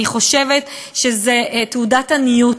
אני חושבת שזה תעודת עניות.